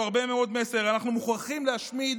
הרבה מאוד מסר: אנחנו מוכרחים להשמיד